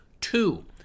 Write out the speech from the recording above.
Two